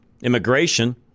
immigration